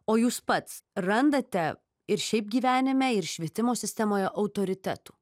o jūs pats randate ir šiaip gyvenime ir švietimo sistemoje autoritetų